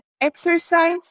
exercise